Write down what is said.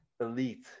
elite